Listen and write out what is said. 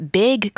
big